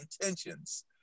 intentions